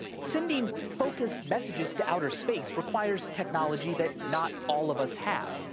sending focused messages to outer space requires technology that not all of us have.